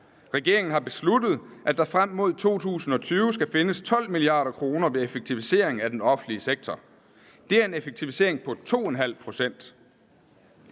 Regeringen har besluttet, at der frem mod 2020 skal findes 12 mia. kr. ved effektivisering af den offentlige sektor. Det er en effektivisering på 2½ pct.